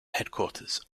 headquarters